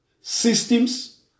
systems